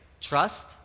Trust